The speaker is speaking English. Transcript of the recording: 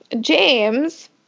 James